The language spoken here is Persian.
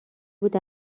بود